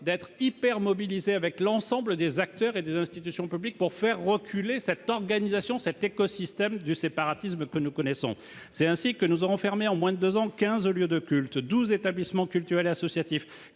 d'être extrêmement mobilisés, aux côtés de l'ensemble des acteurs et des institutions publiques, pour faire reculer cet écosystème du séparatisme que nous connaissons. C'est ainsi que nous aurons fermé, en moins de deux ans, 15 lieux de culte, 12 établissements culturels et associatifs,